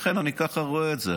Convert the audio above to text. לכן ככה אני רואה את זה.